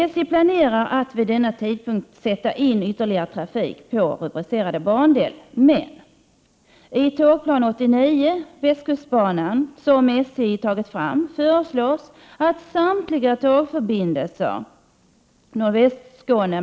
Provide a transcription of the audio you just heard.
SJ planerar att vid denna tidpunkt sätta in ytterligare trafik på rubricerad bandel.